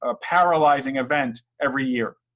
ah paralyzing event every year?